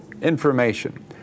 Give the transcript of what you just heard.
information